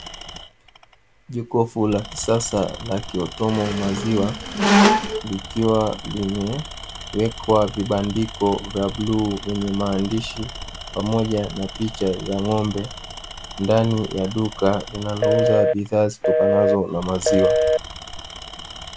Jokofu la kisasa yakiwepo maziwa, likiwa limewekwa vibandiko vya buluu vyenye maandishi pamoja na picha za ng’ombe, ndani ya duka linalooza bidhaa zitokanazo na maziwa.